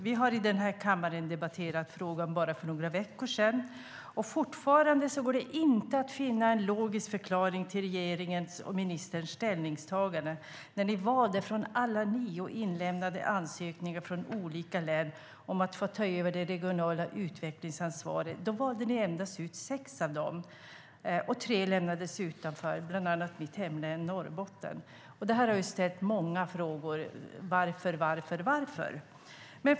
Vi har i denna kammare debatterat frågan för bara några veckor sedan, och fortfarande går det inte att finna en logisk förklaring till regeringens och ministerns ställningstagande, när de bland alla nio inlämnade ansökningar från olika län om att få ta över det regionala utvecklingsansvaret valde ut endast sex. Tre lämnades utanför, bland annat mitt hemlän Norrbotten. Det här har föranlett många frågor: Varför?